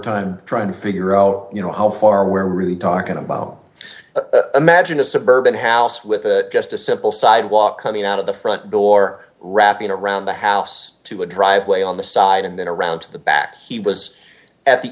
time trying to figure out you know how far we're really talking about imagine a suburban house with just a simple sidewalk coming out of the front door wrapping around the house to a driveway on the side and then around to the back he was at the